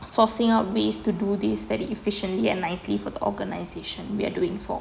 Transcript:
sourcing out ways to do this very efficiently and nicely for the organisation we are doing for